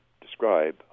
describe